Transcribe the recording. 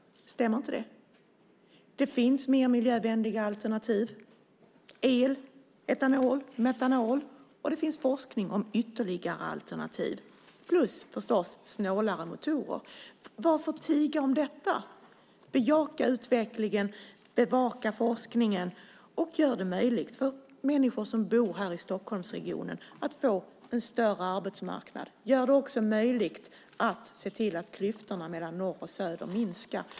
Stämmer inte det? Det finns mer miljövänliga alternativ: el, metanol och etanol. Det finns också forskning om ytterligare alternativ plus snålare motorer. Varför ska vi tiga om detta? Vi ska bejaka utvecklingen, bevaka forskningen och göra det möjligt för människor som bor här i Stockholmsregionen att få en större arbetsmarknad. Vi ska också göra det möjligt att se till att klyftorna mellan norr och söder minskar.